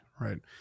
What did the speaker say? right